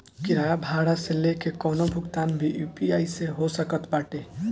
किराया भाड़ा से लेके कवनो भुगतान भी यू.पी.आई से हो सकत बाटे